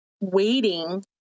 waiting